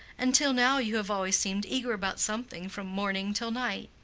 until now you have always seemed eager about something from morning till night.